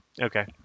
okay